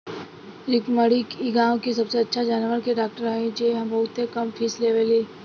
रुक्मिणी इ गाँव के सबसे अच्छा जानवर के डॉक्टर हई जे बहुत कम फीस लेवेली